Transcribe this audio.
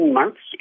months